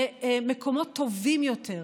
למקומות טובים יותר.